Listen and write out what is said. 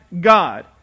God